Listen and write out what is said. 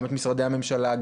גם את משרדי הממשלה,